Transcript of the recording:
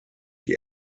die